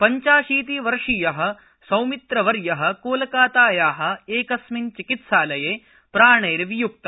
पंचाशीतिवर्षीय सौमित्रवर्य कोलकाताया एकस्मिन् चिकित्सालये प्राणैर्विय्क्त